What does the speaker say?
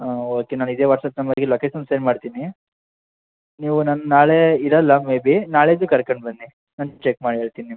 ಹಾಂ ಓಕೆ ನಾನು ಇದೇ ವಾಟ್ಸಪ್ ನಂಬರಿಗೆ ಲೊಕೇಶನ್ ಸೆಂಡ್ ಮಾಡ್ತೀನಿ ನೀವು ನನ್ನ ನಾಳೆ ಇರೋಲ್ಲ ಮೇಬಿ ನಾಳಿದ್ದು ಕರ್ಕಂಡು ಬನ್ನಿ ನಾನು ಚೆಕ್ ಮಾಡಿ ಹೇಳ್ತೀನಿ ನಿಮ್ಮ